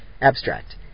abstract